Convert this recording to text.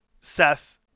Seth